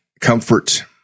comfort